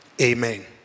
Amen